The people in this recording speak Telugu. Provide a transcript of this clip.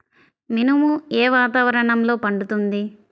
మినుము ఏ వాతావరణంలో పండుతుంది?